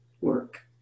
work